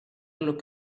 look